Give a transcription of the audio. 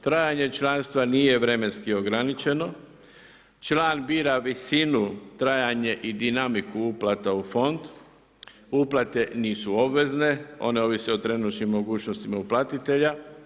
Trajanje članstva nije vremenski ograničeno, član bira visinu, trajanje i dinamiku uplata u fond, uplate nisu obvezne, one ovise o trenutnim mogućnostima uplatitelja.